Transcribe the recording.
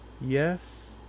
yes